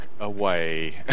away